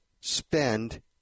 spend